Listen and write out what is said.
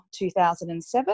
2007